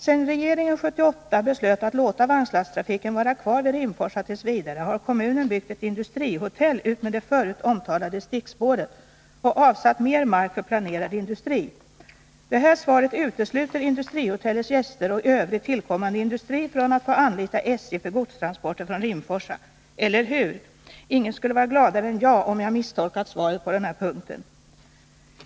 Sedan regeringen 1978 beslöt att låta vagnlasttrafiken vara kvar vid Rimforsa t. v. har kommunen byggt ett industrihotell utmed det förut omtalade stickspåret och avsatt mer mark för planerad industri. Det här svaret utesluter industrihotellets gäster och tillkommande industri från att få anlita SJ för godstransporter från Rimforsa — eller hur? Ingen skulle vara gladare än jag, om jag misstolkat svaret på den här punkten.